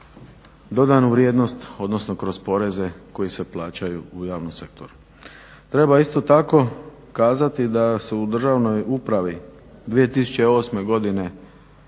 dodanu vrijednost odnosno kroz poreze koji se plaćaju u javnom sektoru. Treba isto tako kazati da su u državnoj upravi 2008. godine